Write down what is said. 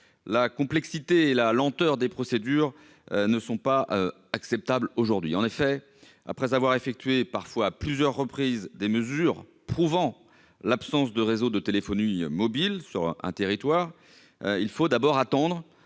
La complexité et la lenteur des procédures ne sont pas acceptables. Après avoir effectué, parfois à plusieurs reprises, des mesures prouvant l'absence de réseau de téléphonie mobile sur un territoire, il faut attendre